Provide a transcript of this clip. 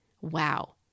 Wow